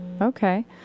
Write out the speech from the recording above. Okay